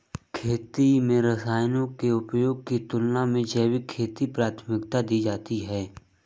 खेती में रसायनों के उपयोग की तुलना में जैविक खेती को प्राथमिकता दी जाती है